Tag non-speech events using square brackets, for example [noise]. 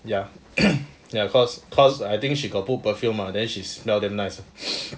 ya ya cause cause I think she got put perfume mah then smell damn nice [breath]